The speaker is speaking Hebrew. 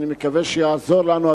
אני מקווה שהוא יעזור לנו,